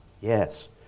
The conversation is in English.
yes